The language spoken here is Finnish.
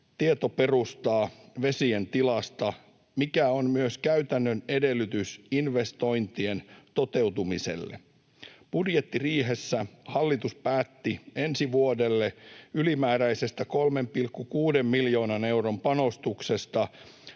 tietoperustaa vesien tilasta, mikä on myös käytännön edellytys investointien toteutumiselle. Budjettiriihessä hallitus päätti ensi vuodelle ylimääräisestä 3,6 miljoonan euron panostuksesta